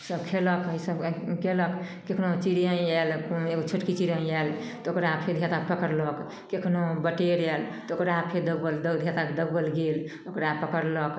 सब खएलक सब कएलक कखनहु चिड़िआँ आएल कोन छोटकी चिड़ै आएल तऽ ओकरा फेर धिआपुता पकड़लक कखनहु बटेर आएल तऽ ओकरा फेर दौगल धिआपुता दौगल गेल ओकरा पकड़लक